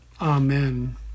Amen